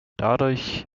dadurch